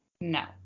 No